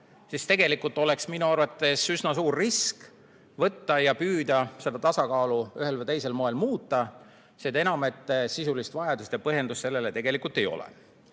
hästi teeninud, oleks minu arvates üsna suur risk võtta ja püüda seda tasakaalu ühel või teisel moel muuta. Seda enam, et sisulist vajadust ja põhjendust sellele tegelikult ei ole.